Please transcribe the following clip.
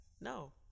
No